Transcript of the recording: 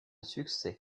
succès